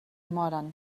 moren